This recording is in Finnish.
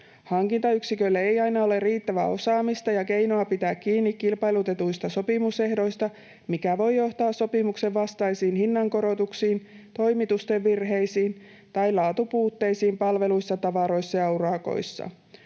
Hankintayksiköillä ei aina ole riittävää osaamista ja keinoa pitää kiinni kilpailutetuista sopimusehdoista, mikä voi johtaa sopimuksenvastaisiin hinnankorotuksiin, toimitusten virheisiin tai laatupuutteisiin palveluissa, tavaroissa ja urakoissa.